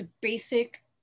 basic